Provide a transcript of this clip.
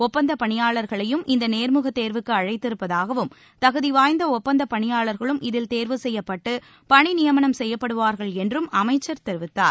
ஒப்பந்தப் பணியாளர்களையும் இந்த நேர்முகத் தேர்வுக்கு அழைத்திருப்பதாகவும் தகுதி வாய்ந்த ஒப்பந்தப் பணியாளர்களும் இதில் தேர்வு செய்யப்பட்டு பணி நியமனம் செய்யப்படுவார்கள் என்றம் அமைச்சர் தெரிவித்தார்